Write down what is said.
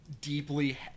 deeply